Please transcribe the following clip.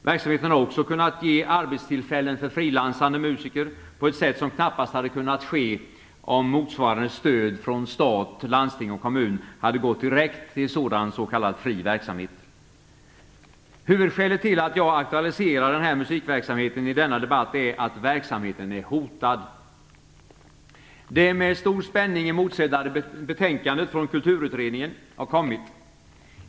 Verksamheten har också kunnat ge arbetstillfällen för frilansande musiker på ett sätt som knappast hade kunnat ske om motsvarande stöd från stat, landsting och kommun hade gått direkt till sådan s.k. fri verksamhet. Huvudskälet till att jag aktualiserar den här musikverksamheten i denna debatt är att verksamheten är hotad. Det med stor spänning emotsedda betänkandet från Kulturutredningen har kommit.